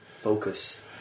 Focus